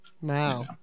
Wow